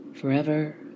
forever